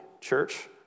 church